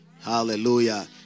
Hallelujah